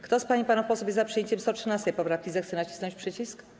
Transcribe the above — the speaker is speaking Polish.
Kto z pań i panów posłów jest za przyjęciem 113. poprawki, zechce nacisnąć przycisk.